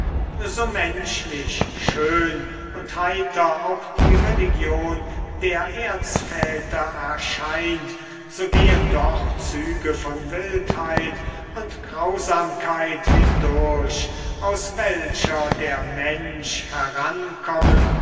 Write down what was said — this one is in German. so menschlich schön und heiter auch die religion der erzväter erscheint so gehen doch züge von wildheit und grausamkeit hindurch aus welcher der mensch herankommen